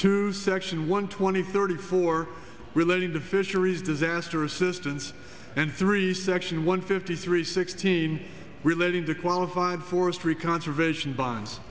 to section one twenty thirty four relating to fisheries disaster assistance and three section one fifty three sixteen relating to qualified forestry conservation bonds